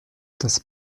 das